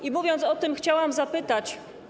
I mówiąc o tym, chciałam zapytać.